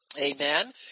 Amen